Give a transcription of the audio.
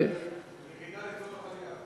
ירידה לצורך עלייה.